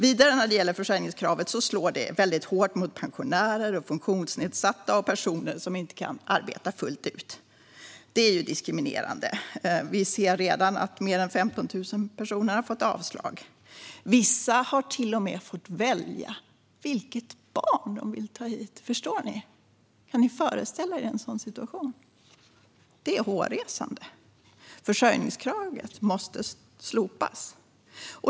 Vidare slår försörjningskravet väldigt hårt mot pensionärer, funktionsnedsatta och personer som inte kan arbeta fullt ut. Det är diskriminerande. Vi ser redan att mer än 15 000 personer har fått avslag. Vissa har till och med fått välja vilket barn de vill ta hit. Förstår ni? Kan ni föreställa er en sådan situation? Det är hårresande. Försörjningskravet måste slopas.